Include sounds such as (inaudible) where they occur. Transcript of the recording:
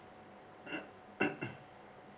(noise)